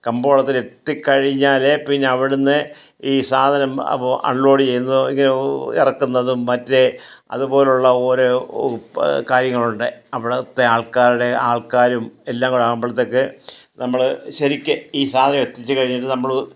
കമ്പോളത്തിൽ എത്തി കഴിഞ്ഞാൽ പിന്നവിടെന്ന് ഈ സാധനം അപ്പോൾ അൺലോഡ് ചെയ്ത് ഇറക്കുന്നതും മറ്റേ അതുപോലുള്ള ഓരോ കാര്യങ്ങളുണ്ട് അവിടുത്തെ ആൾക്കാരുടെ ആൾക്കാരും എല്ലാം കൂടെ ആവുമ്പോളത്തേക്ക് നമ്മൾ ശരിക്ക് ഈ സാധനം എത്തിച്ചു കഴിഞ്ഞിട്ട് നമ്മൾ